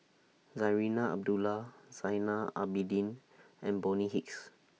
Zarinah Abdullah Zainal Abidin and Bonny Hicks